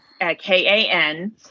K-A-N